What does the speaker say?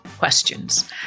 Questions